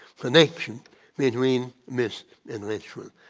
connection between this and ritual.